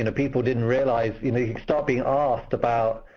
and people didn't realize, you know start being asked about